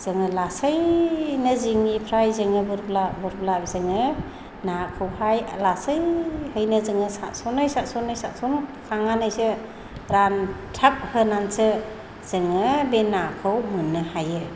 जोङो लासैनो जिंनिफ्राय जोङो गुरग्लाब गुरग्लाब जोङो नाखौहाय लासैयैनो जोङो सारसनै सारसनै सारसनखांनानैसो रानथाब होनानैसो जोङो बे नाखौ मोननो हायो